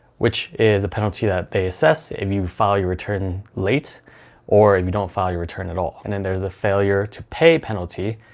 which is a penalty that they assess if you file your return late or if you don't file your return at all. and then there's a failure to pay penalty.